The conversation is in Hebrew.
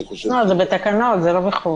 לא, זה בתקנות, זה לא בחוק.